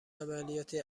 عملیاتی